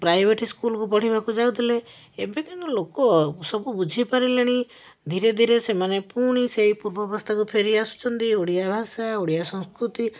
private school ପଢ଼ିବାକୁ ଯାଉଥିଲେ ଏବେ କିନ୍ତୁ ଲୋକ ସବୁ ବୁଝିପାରିଲେଣି ଧୀରେ ଧୀରେ ସେମାନେ ପୁଣି ସେଇ ପୂର୍ବ ଅବସ୍ଥାକୁ ଫେରି ଆସୁଛନ୍ତି ଓଡ଼ିଆ ଭାଷା ଓଡ଼ିଆ ସଂସ୍କୃତି